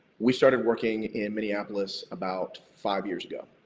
we started working in minneapolis about five years ago.